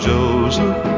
Joseph